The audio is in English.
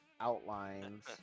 outlines